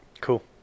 Cool